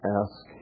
ask